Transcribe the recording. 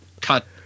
cut